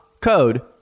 code